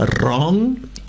wrong